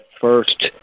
first